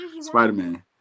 Spider-Man